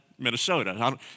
Minnesota